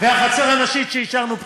ו"החצר הנשית".